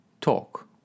talk